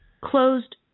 closed